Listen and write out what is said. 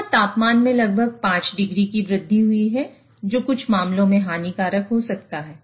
यहाँ तापमान में लगभग 5 डिग्री की वृद्धि हुई है जो कुछ मामलों में हानिकारक हो सकता है